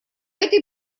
этой